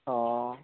অ'